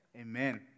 Amen